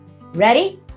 Ready